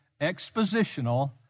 expositional